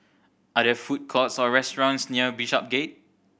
are there food courts or restaurants near Bishopsgate